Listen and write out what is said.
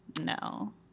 No